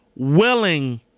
willing